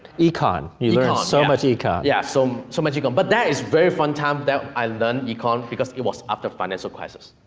you learn so much econ. yeah, so so much econ, but that is very fun time that i learned econ, because it was after financial crisis.